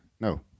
No